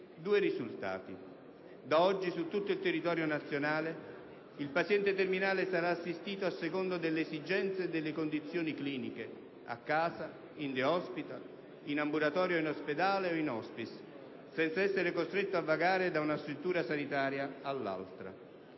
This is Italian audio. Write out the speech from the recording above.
*(Brusìo).* Da oggi, su tutto il territorio nazionale, il paziente terminale sarà assistito, a seconda delle esigenze e delle condizioni cliniche, a casa, in *day hospital*, in ambulatorio, in ospedale e in *hospice*, senza essere costretto a vagare da una struttura sanitaria all'altra.